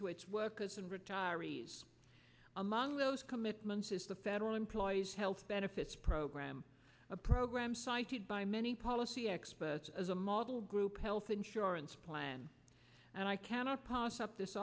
to its workers and retirees among those commitments is the federal employees health benefits program a program cited by many policy experts as a model group health insurance plan and i cannot pass up this